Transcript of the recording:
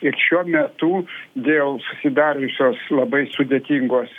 ir šiuo metu dėl susidariusios labai sudėtingos